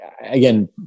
again